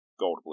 Goldblum